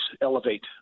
elevate